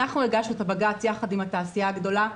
הגשנו בג"ץ יחד עם התעשייה הגדולה,